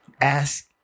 Ask